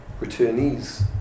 returnees